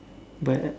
but uh